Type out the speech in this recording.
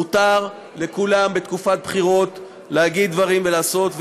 מותר לכולם בתקופת בחירות להגיד דברים ולעשות,